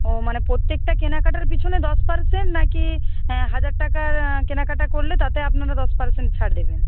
ও মানে প্রত্যেকটা কেনাকাটার পিছনে দশ পার্সেন্ট নাকি হাজার টাকার কেনাকাটা করলে তাতে আপনারা দশ পার্সেন্ট ছাড় দেবেন